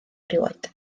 erioed